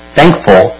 thankful